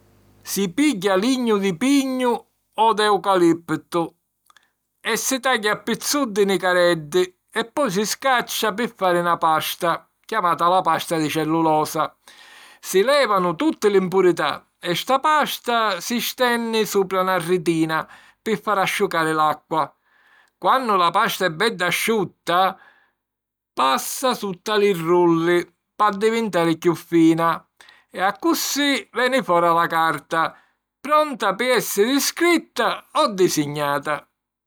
Si pigghia lignu di pignu o d'eucaliptu e si tagghia a pizzuddi nicareddi e poi si scaccia pi fari na pasta, chiamata la pasta di cellulosa. Si lèvanu tutti l’impurità e sta pasta si stenni supra na ritina pi fari asciucari l’acqua. Quannu la pasta è bedda asciutta, passa sutta li rulli p'addivintari chiù fina. E accussì veni fora la carta, pronta pi èssiri scritta o disignata.